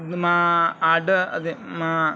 మా ఆడ అదే మా